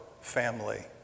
family